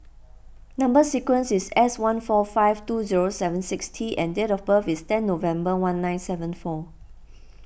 Number Sequence is S one four five two zero seven six T and date of birth is ten November one nine seven four